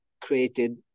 created